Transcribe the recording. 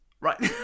right